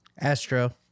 Astro